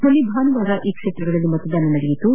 ಮೊನ್ನೆ ಭಾನುವಾರ ಈ ಕ್ಷೇತ್ರಗಳಲ್ಲಿ ಮತದಾನ ನಡೆಯಿತು